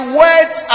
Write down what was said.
words